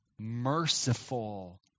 merciful